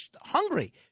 hungry